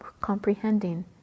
comprehending